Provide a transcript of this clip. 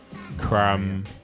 Cram